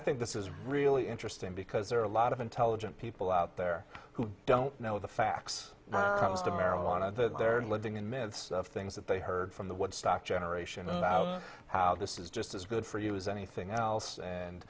think this is really interesting because there are a lot of intelligent people out there who don't know the facts of marijuana that they're living in myths of things that they heard from the woodstock generation and how this is just as good for you as anything else